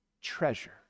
treasure